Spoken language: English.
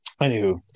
Anywho